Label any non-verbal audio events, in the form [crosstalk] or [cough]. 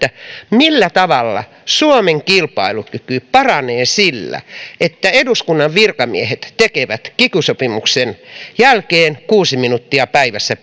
millä tavalla suomen kilpailukyky paranee sillä että eduskunnan virkamiehet tekevät kiky sopimuksen jälkeen kuusi minuuttia päivässä [unintelligible]